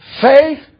Faith